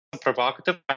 provocative